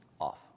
off